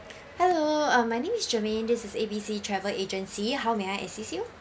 hello uh my name is germane this is A B C travel agency how may I assist you